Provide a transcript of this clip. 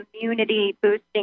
immunity-boosting